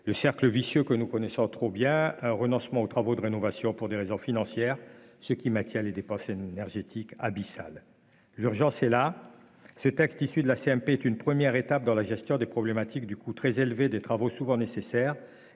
ce cercle vicieux que nous connaissons trop bien : le renoncement aux travaux de rénovation pour des raisons financières maintient des dépenses énergétiques abyssales. L'urgence est là ! Ce texte issu de la CMP est une première étape dans la gestion du coût très élevé de travaux souvent nécessaires